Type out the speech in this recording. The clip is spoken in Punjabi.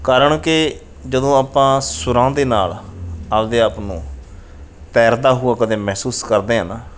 ਕਾਰਣ ਕਿ ਜਦੋਂ ਆਪਾਂ ਸੁਰਾਂ ਦੇ ਨਾਲ ਆਪਣੇ ਆਪ ਨੂੰ ਤੈਰਦਾ ਹੋਇਆ ਕਦੇ ਮਹਿਸੂਸ ਕਰਦੇ ਹਾਂ ਨਾ